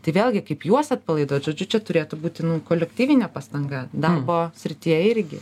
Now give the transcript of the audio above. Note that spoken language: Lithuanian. tai vėlgi kaip juos atpalaiduot žodžiu čia turėtų būti nu kolektyvinė pastanga darbo srityje irgi